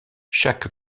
chaque